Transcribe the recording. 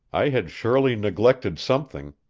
i had surely neglected something.